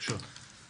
בבקשה.